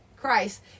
christ